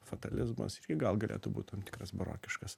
fatalizmas gal galėtų būt tam tikras barokiškas